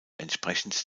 entsprechend